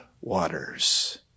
waters